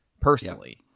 personally